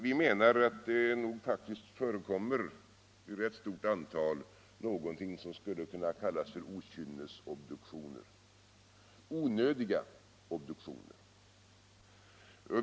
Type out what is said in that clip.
Vi menar att det faktiskt förekommer i rätt stort antal något som skulle kunna kallas okynnesobduktioner, onödiga obduktioner.